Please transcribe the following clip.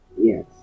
Yes